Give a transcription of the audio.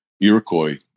Iroquois